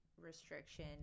restriction